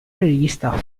rivista